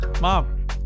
Mom